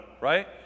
right